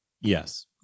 Yes